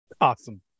Awesome